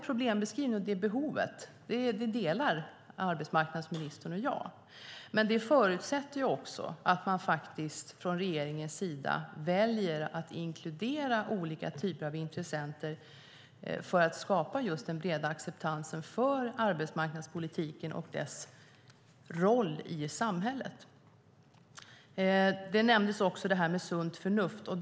Problembeskrivningen av det behovet delar arbetsmarknadsministern och jag uppfattning om, men det förutsätter också att man från regeringens sida väljer att inkludera olika typer av intressenter för att skapa just den breda acceptansen för arbetsmarknadspolitiken och dess roll i samhället. Sunt förnuft nämndes också.